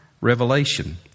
revelation